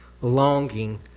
longing